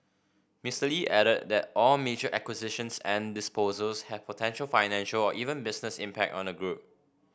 Mr Lee added that all major acquisitions and disposals have potential financial or even business impact on the group